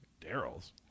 Daryl's